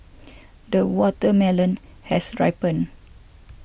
the watermelon has ripened